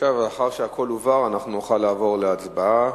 לאחר שהכול הובהר, נוכל לעבור להצבעה.